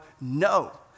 no